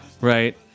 Right